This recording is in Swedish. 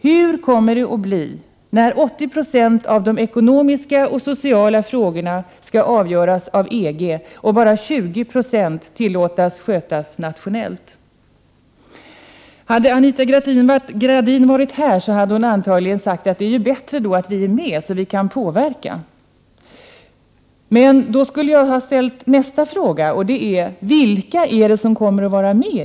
Hur kommer det att bli när 80 70 av de ekonomiska och sociala frågorna skall avgöras av EG och bara 20 90 tillåts skötas nationellt? Hade Anita Gradin varit här hade hon antagligen sagt att det är bättre att vi är med så att vi kan påverka. Jag vill då ställa ytterligare en fråga. Vilka är det som kommer att vara med?